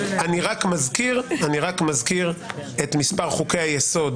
אני רק מזכיר את מספר חוקי-היסוד